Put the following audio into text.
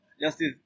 Justice